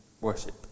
worship